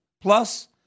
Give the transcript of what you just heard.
Plus